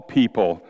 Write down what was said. people